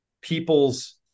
people's